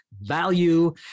value